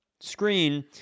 screen